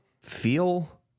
feel